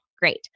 Great